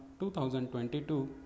2022